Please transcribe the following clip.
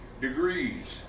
degrees